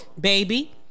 Baby